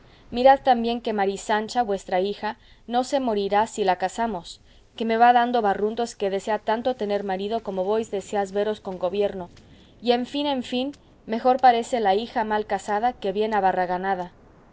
mirad también que mari sancha vuestra hija no se morirá si la casamos que me va dando barruntos que desea tanto tener marido como vos deseáis veros con gobierno y en fin en fin mejor parece la hija mal casada que bien abarraganada a buena